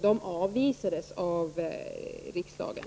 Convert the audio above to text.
De avvisades av riksdagen.